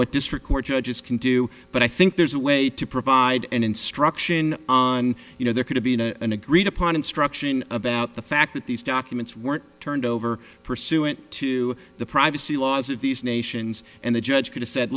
what district court judges can do but i think there's a way to provide an instruction you know there could have been a and agreed upon instruction about the fact that these documents were turned over pursuant to the privacy laws of these nations and the judge could have said